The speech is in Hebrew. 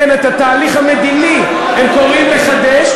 כן, את התהליך המדיני הם קוראים לחדש.